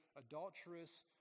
adulterous